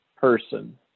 person